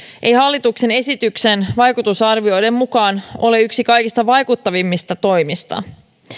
ei hallituksen esityksen vaikutusarvioiden mukaan ole yksi kaikista vaikuttavimmista toimista